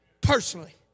Personally